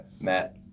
Matt